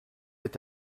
est